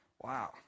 Wow